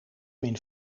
min